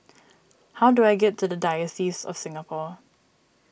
how do I get to the Diocese of Singapore